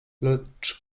lecz